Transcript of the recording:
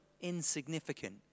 insignificant